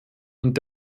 und